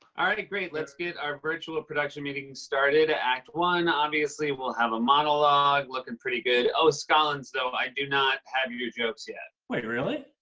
great. let's get our virtual production meeting started. ah act one, obviously we'll have a monologue. looking pretty good. oh, scollins, though, i do not have your jokes yet. wait. really?